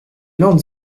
land